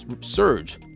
surge